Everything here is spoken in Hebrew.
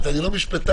אני לא משפטן,